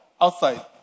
outside